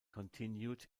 continued